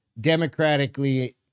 democratically